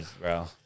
bro